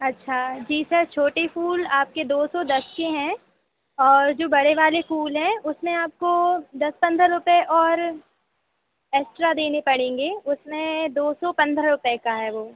अच्छा जी सर छोटी फूल आपके दो सौ दस के हैं और जो बड़े वाले फूल है उसमें आपको दस पंद्रह रुपये और एस्ट्रा देने पड़ेंगे उसमें दो सौ पंद्रह रुपये का है वह